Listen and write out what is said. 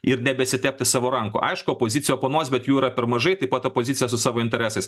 ir nebesitepti savo rankų aišku opozicija oponuos bet jų yra per mažai taip pat opozicija su savo interesais